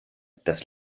das